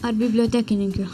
ar bibliotekininkių